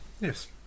Yes